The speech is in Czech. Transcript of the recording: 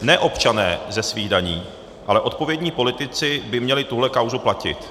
Ne občané ze svých daní, ale odpovědní politici by měli tuhle kauzu platit.